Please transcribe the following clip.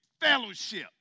fellowship